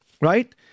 right